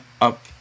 up